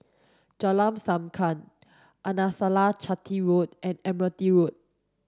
Jalan Sankam Arnasalam Chetty Road and Admiralty Road